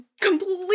completely